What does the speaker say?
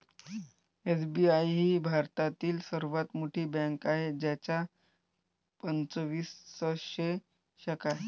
SBI ही भारतातील सर्वात मोठी बँक आहे ज्याच्या पंचवीसशे शाखा आहेत